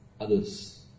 others